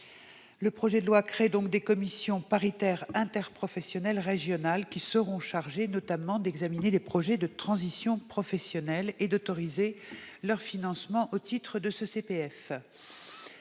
Le projet de loi crée des commissions paritaires interprofessionnelles régionales, qui seront notamment chargées d'examiner les projets de transition professionnelle et d'autoriser leur financement au titre du CPF.